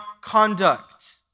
conduct